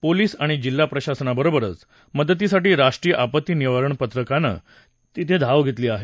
police आणि जिल्हा प्रशासनाबरोबरच मदतीसाठी राष्ट्रीय आपत्ती निवारण पथकानं तिथं धाव घेतली आहे